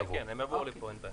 כן, הם יבואו לפה, אין בעיה.